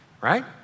right